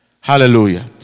hallelujah